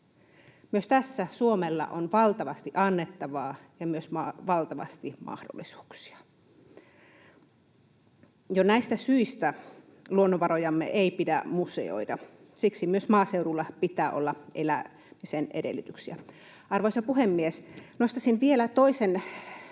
Myös tässä Suomella on valtavasti annettavaa ja myös valtavasti mahdollisuuksia. Jo näistä syistä luonnonvarojamme ei pidä museoida. Siksi myös maaseudulla pitää olla elämisen edellytyksiä. Arvoisa puhemies! Nostaisin vielä toisen